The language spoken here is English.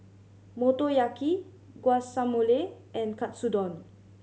Motoyaki Guacamole and Katsudon